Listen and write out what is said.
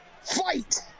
fight